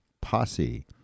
posse